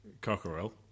cockerel